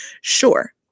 Sure